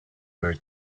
bears